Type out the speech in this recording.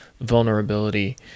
vulnerability